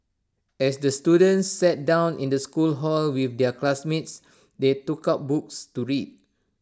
as the students sat down in the school hall with their classmates they took out books to read